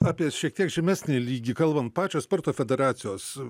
apie šiek tiek žemesnį lygį kalbant pačios sporto federacijos